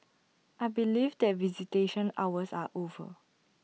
I believe that visitation hours are over